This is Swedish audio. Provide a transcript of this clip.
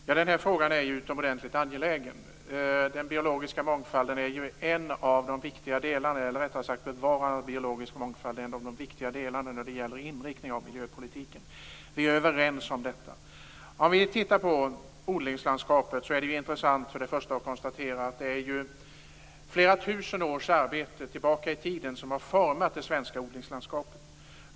Herr talman! Den här frågan är utomordentligt angelägen. Den biologiska mångfalden, eller rättare sagt bevarandet av den, är en av de viktigare delarna när det gäller inriktningen av miljöpolitiken. Vi är överens om detta. När vi tittar på det svenska odlingslandskapet är det intressant att konstatera att det är flera tusen års arbete tillbaka i tiden som har format det.